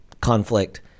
conflict